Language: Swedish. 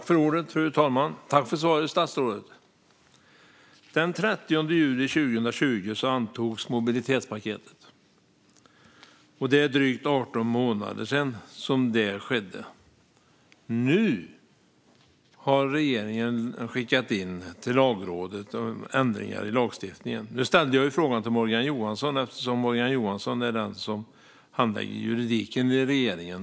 Fru talman! Tack för svaret, statsrådet! Den 30 juni 2020 antogs mobilitetspaketet. Det är drygt 18 månader sedan. Nu har regeringen skickat in förslag om ändringar i lagstiftningen till Lagrådet. Jag ställde frågan till Morgan Johansson, eftersom Morgan Johansson är den som handlägger juridiken i regeringen.